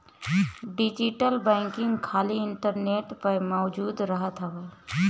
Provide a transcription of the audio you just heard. digital banking खाली internet पअ मौजूद रहत हवे